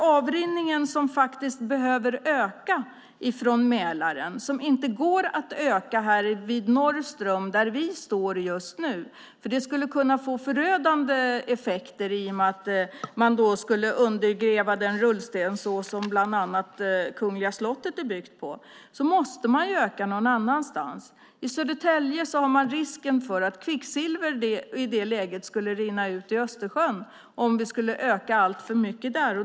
Avrinningen från Mälaren måste ju öka, och det går inte att öka den vid Norrström, där vi står just nu, för då finns det en risk för förödande effekter i och med att man då skulle undergräva den rullstensås som bland annat Kungliga slottet är byggt på. Då måste man öka den någon annanstans. I Södertälje finns risken för att kvicksilver skulle rinna ut i Östersjön om avrinningen skulle öka där.